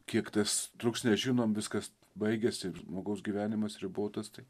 kiek tas truks nežinom viskas baigiasi žmogaus gyvenimas ribotas tai